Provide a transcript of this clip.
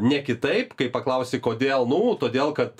ne kitaip kai paklausi kodėl nu todėl kad